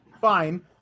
fine